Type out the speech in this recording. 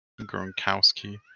Gronkowski